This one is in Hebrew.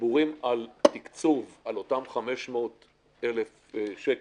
דיבורים על תקצוב, על אותם 500,000 שקל